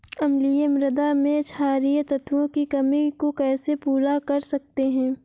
अम्लीय मृदा में क्षारीए तत्वों की कमी को कैसे पूरा कर सकते हैं?